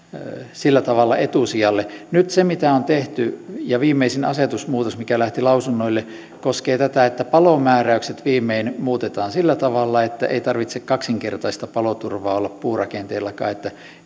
sillä tavalla etusijalle nyt se mitä on tehty ja viimeisin asetusmuutos mikä lähti lausunnoille koskee tätä että palomääräykset viimein muutetaan sillä tavalla että ei tarvitse kaksinkertaista paloturvaa olla puurakenteellakaan että